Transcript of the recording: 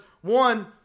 one